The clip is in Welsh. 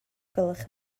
gwelwch